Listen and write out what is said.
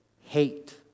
hate